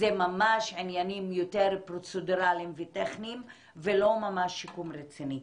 זה ממש עניינים יותר פרוצדורליים וטכניים ולא ממש שיקום רציני.